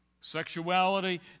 Sexuality